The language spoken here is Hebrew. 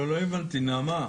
לא הבנתי, נעמה.